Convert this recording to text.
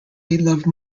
love